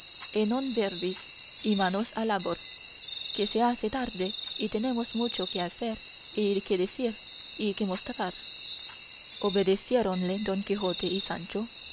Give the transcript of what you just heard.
et non verbis y manos a labor que se hace tarde y tenemos mucho que hacer y que decir y que mostrar obedeciéronle don quijote y sancho